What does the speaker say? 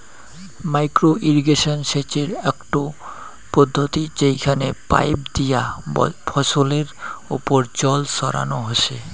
micro irrigation সেচের আকটো পদ্ধতি যেইখানে পাইপ দিয়া ফছলের ওপর জল ছড়ানো হসে